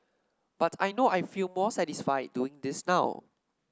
but I know I feel more satisfied doing this now